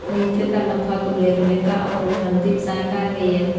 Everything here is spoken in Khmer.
នេះជួយកាត់បន្ថយគម្លាតរវាងការអប់រំ និងទីផ្សារការងារ។